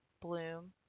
bloom